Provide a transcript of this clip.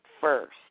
first